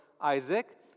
Isaac